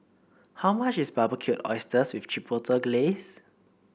how much is Barbecued Oysters with Chipotle Glaze